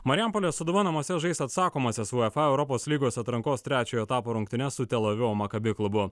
marijampolės sūduva namuose žais atsakomąsias uefa europos lygos atrankos trečiojo etapo rungtynes su tel avivo maccabi klubu